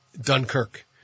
Dunkirk